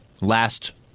last